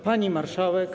Pani Marszałek!